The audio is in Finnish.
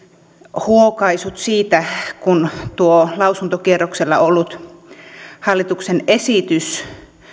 huokaisuja siitä kun tuo lausuntokierroksella ollut hallituksen esitys